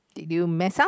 did did you mess up